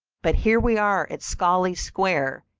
but here we are at scollay square,